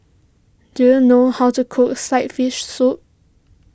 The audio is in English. do you know how to cook Sliced Fish Soup